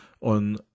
on